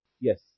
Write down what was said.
Yes